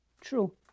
True